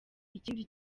ikindi